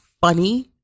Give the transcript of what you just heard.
funny